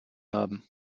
haben